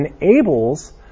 enables